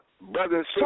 brothers